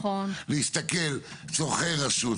להסתכל צרכי רשות,